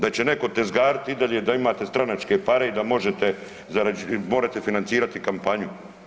Da će netko tezgariti i dalje da imate stranačke pare i da možete, morete financirati kampanju.